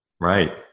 Right